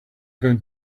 going